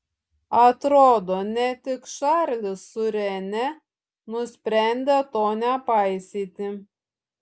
atrodo ne tik čarlis su rene nusprendė to nepaisyti